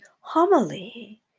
homily